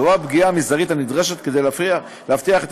מדובר בפגיעה המזערית הנדרשת כדי להבטיח את